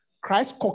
Christ